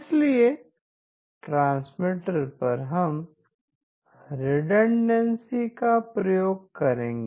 इसलिए ट्रांसमीटर पर हम रिडंडेंसी का प्रयोग करेंगे